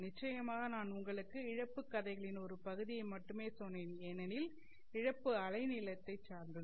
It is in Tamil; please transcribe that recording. நிச்சயமாக நான் உங்களுக்கு இழப்பு கதைகளின் ஒரு பகுதியை மட்டுமே சொன்னேன் ஏனெனில் இழப்பு அலைநீளத்தை சார்ந்தது